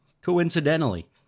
coincidentally